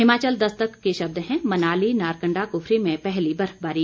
हिमाचल दस्तक के शब्द हैं मनाली नारकंडा कुफरी में पहली बर्फबारी